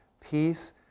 peace